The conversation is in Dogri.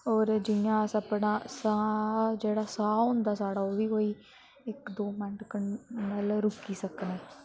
होर जियां अस अपना साह् जेह्ड़ा साह् होंदा साढ़ा ओह् बी कोई इक दो मैंट्ट कं मतलब रोकी सकने